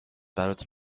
برات